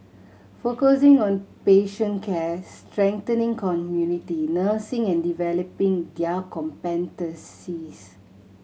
focusing on patient care strengthening community nursing and developing their competencies